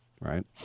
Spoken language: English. right